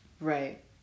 Right